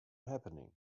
happening